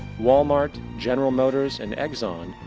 walmart, general motors, and exxon,